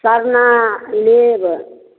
सरना लेब